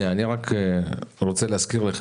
ינון, אני רק רוצה להזכיר לך